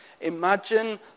Imagine